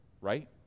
right